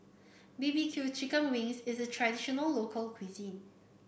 B B Q Chicken Wings is a traditional local cuisine